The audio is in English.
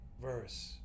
verse